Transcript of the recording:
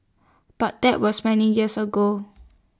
but that was many years ago